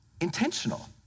intentional